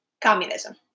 communism